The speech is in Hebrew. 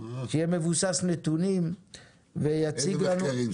שיהיה מבוסס נתונים ויציג --- איזה מחקרים?